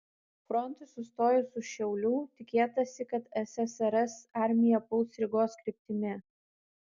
frontui sustojus už šiaulių tikėtasi kad ssrs armija puls rygos kryptimi